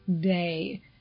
day